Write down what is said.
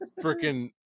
freaking